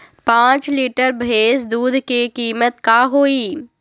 पाँच लीटर भेस दूध के कीमत का होई?